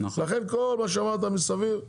לכן כל מה שאמרת מסביב,